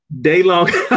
day-long